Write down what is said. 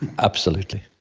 absolutely.